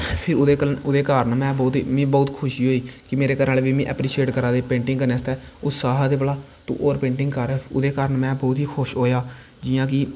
फिर ओह्दै कारन मिगी बौह्त खुशी होई कि मेरे घर आह्ले मिगी ऐप्रिशेट करा दे पेंटिंग करनै आस्तै उत्साह् ते भला होर पेंटिंग कर ओह्दे कारन में बौह्त ई खुश होया जियां कि